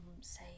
say